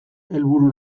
helburu